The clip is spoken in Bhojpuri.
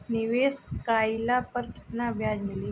निवेश काइला पर कितना ब्याज मिली?